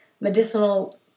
medicinal